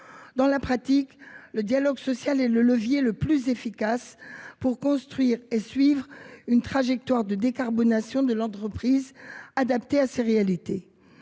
Dans la pratique, le dialogue social est le levier le plus efficace pour construire et suivre une trajectoire de décarbonation adaptée aux réalités